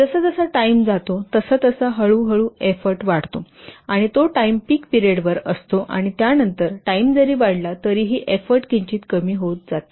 जसजसा टाइम जातो तसतसा हळूहळू एफ्फोर्ट वाढतो आणि तो टाइम पीक पिरियड वर असतो आणि त्यानंतर टाइम जरी वाढला तरीही एफ्फोर्ट किंचित कमी होत जातील